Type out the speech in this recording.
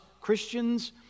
Christians